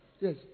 Yes